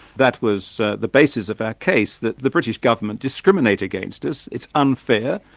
that was the basis of our case, that the british government discriminate against us, it's unfair,